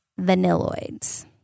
vanilloids